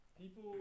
people